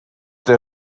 der